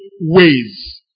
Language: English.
ways